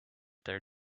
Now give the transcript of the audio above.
their